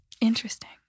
Interesting